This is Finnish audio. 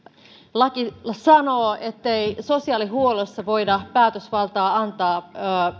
laki sanoo ettei sosiaalihuollossa voida päätösvaltaa antaa